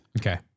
Okay